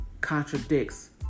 contradicts